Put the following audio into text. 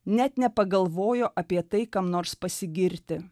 net nepagalvojo apie tai kam nors pasigirti